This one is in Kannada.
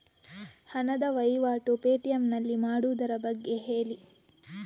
ಹಣದ ವಹಿವಾಟು ಪೇ.ಟಿ.ಎಂ ನಲ್ಲಿ ಮಾಡುವುದರ ಬಗ್ಗೆ ಹೇಳಿ